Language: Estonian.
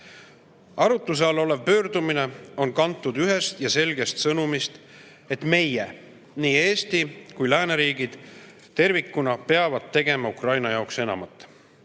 all olev pöördumine on kantud ühest ja selgest sõnumist: nii Eesti kui ka lääneriigid tervikuna peavad tegema Ukraina jaoks enamat.